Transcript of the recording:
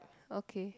okay